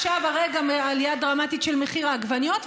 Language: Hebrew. עכשיו עלייה דרמטית של מחיר העגבניות,